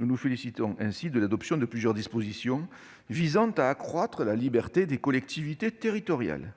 Nous nous félicitons ainsi de l'adoption de plusieurs dispositions visant à accroître la liberté des collectivités territoriales.